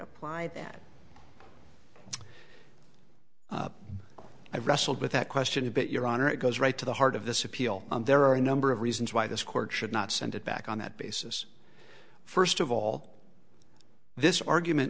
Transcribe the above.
apply that i wrestled with that question but your honor it goes right to the heart of this appeal and there are a number of reasons why this court should not send it back on that basis first of all this argument